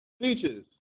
speeches